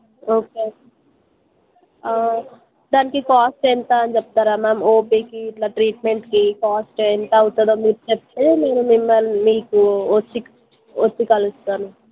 okay దానికి cost ఎంతా అని చెప్తారా మ్యామ్ ఓపీకి ఇట్లా ట్రీట్మెంట్కి కాస్ట్ ఎంతవుతుందో మీరు చెప్తే నేను మిమ్మల్ని మీకు ఓ సిక్ వచ్చి కలుస్తాను